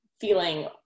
feeling